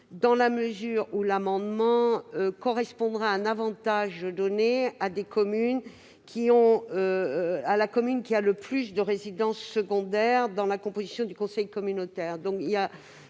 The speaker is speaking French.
dans la mesure où cela reviendrait à donner un avantage à la commune qui aura le plus de résidences secondaires dans la composition du conseil communautaire.